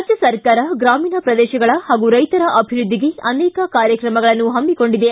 ರಾಜ್ವ ಸರ್ಕಾರ ಗ್ರಾಮೀಣ ಪ್ರದೇಶಗಳ ಹಾಗೂ ರೈತರ ಅಭಿವೃದ್ದಿಗೆ ಅನೇಕ ಕಾರ್ಯಕ್ರಮಗಳನ್ನು ಹಮ್ಹಿಕೊಂಡಿದೆ